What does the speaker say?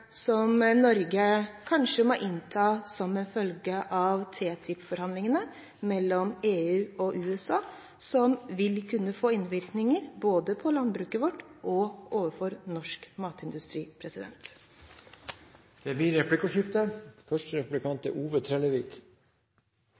som Norge kanskje må innta som følge av TTIP-forhandlingene mellom EU og USA, som vil kunne få innvirkninger både på landbruket vårt og på norsk matindustri. Det blir replikkordskifte.